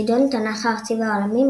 "חידון התנ"ך הארצי והעולמי",